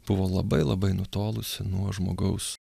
buvo labai labai nutolusi nuo žmogaus